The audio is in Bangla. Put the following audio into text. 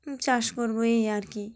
চাষ করব এই আর কি